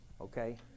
okay